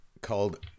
called